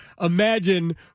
Imagine